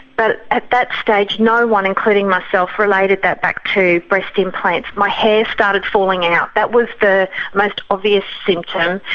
but at that stage, no one, including myself, related that back to breast implants. my hair started falling out. that was the most like obvious symptom.